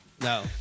no